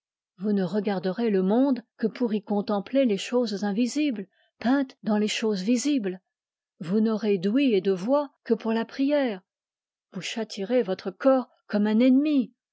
vous ne regarderez le monde que pour y contempler les choses invisibles peintes dans les choses visibles vous n'aurez d'ouïe et de voix que pour la prière vous châtierez votre corps comme un ennemi